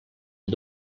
les